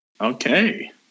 Okay